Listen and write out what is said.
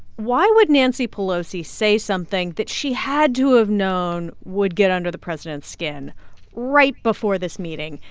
why would nancy pelosi say something that she had to have known would get under the president's skin right before this meeting?